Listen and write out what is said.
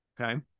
Okay